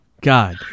God